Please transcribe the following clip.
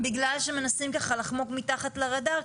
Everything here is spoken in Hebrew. בגלל שמנסים ככה לחמוק מתחת לרדאר,